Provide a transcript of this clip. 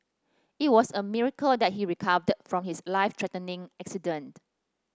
it was a miracle that he recovered from his life threatening accident